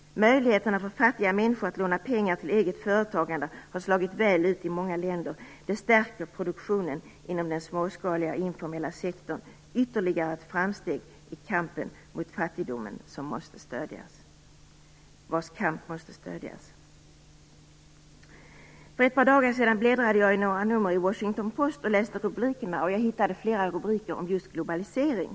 Möjligheterna för fattiga människor att låna pengar till eget företagande har slagit väl ut i många länder. Det stärker produktionen inom den småskaliga och informella sektorn, vilket är ytterligare ett framsteg i kampen mot fattigdomen, en kamp som måste stödjas. För ett par dagar sedan bläddrade jag i några nummer av Washington Post och läste rubrikerna. Jag hittade flera rubriker om just globalisering.